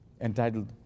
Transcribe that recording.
entitled